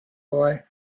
boy